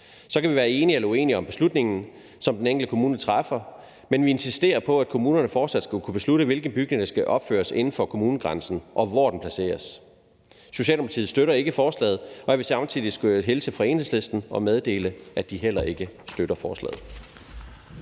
Så kan vi være enige eller uenige om beslutningen, som den enkelte kommune træffer, men vi insisterer på, at kommunerne fortsat skal kunne beslutte, hvilke bygninger der skal opføres inden for kommunegrænsen, og hvor de placeres. Socialdemokratiet støtter ikke forslaget, og samtidig skulle jeg hilse fra Enhedslisten og meddele, at de heller ikke støtter forslaget.